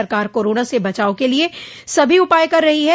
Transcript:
सरकार कोरोना से बचाव के लिये सभी उपाय कर रही है